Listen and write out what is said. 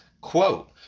quote